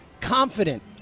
confident